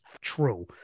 true